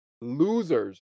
losers